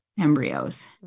embryos